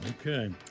okay